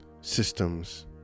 systems